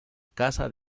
casa